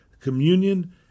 communion